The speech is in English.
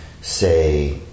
say